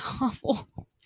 awful